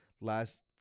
last